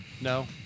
No